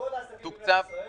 לכל העסקים במדינת ישראל.